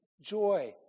Joy